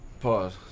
Pause